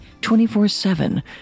24-7